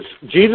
Jesus